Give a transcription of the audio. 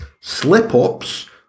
slip-ups